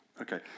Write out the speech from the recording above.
Okay